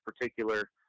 particular